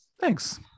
Thanks